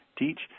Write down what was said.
teach